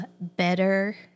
better